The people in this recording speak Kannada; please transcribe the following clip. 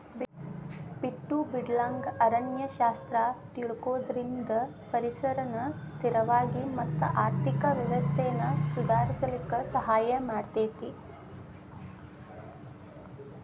ಬಿಟ್ಟು ಬಿಡಲಂಗ ಅರಣ್ಯ ಶಾಸ್ತ್ರ ತಿಳಕೊಳುದ್ರಿಂದ ಪರಿಸರನ ಸ್ಥಿರವಾಗಿ ಮತ್ತ ಆರ್ಥಿಕ ವ್ಯವಸ್ಥೆನ ಸುಧಾರಿಸಲಿಕ ಸಹಾಯ ಮಾಡತೇತಿ